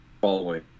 following